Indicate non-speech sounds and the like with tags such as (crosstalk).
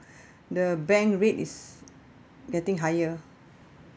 (breath) the bank rate is getting higher